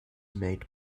made